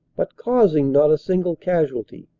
but causing not a single casualty.